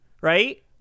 Right